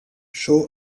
shaw